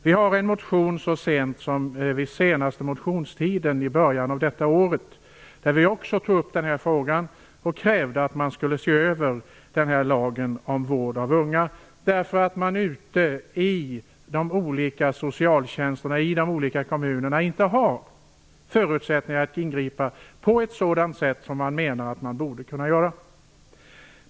Vi har i en motion skriven så sent som under senaste motionstiden i början av detta år tagit upp frågan. Vi krävde att lagen om vård av unga skulle ses över. Man har ute i socialtjänsterna i de olika kommunerna inte förutsättningar att ingripa på ett sådant sätt som man menar att man borde kunna göra.